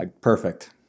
Perfect